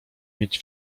mieć